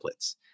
templates